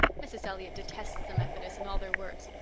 mrs. elliott detests the methodists and all their works.